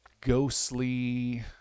ghostly